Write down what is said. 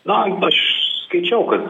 na aš skaičiau kad